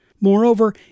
Moreover